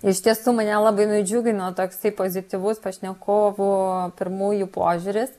iš tiesų mane labai nudžiugino toksai pozityvus pašnekovų pirmųjų požiūris